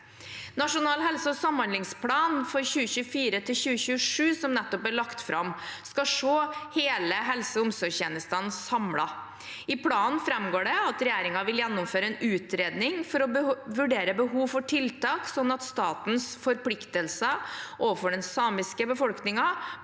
Nasjonal helse- og samhandlingsplan 2024–2027, som nettopp ble lagt fram, skal se hele helse- og omsorgstjenesten samlet. I planen framgår det at regjeringen vil gjennomføre en utredning for å vurdere behov for tiltak, sånn at statens forpliktelser overfor den samiske befolkningen